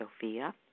Sophia